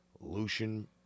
Lucian